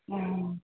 অঁ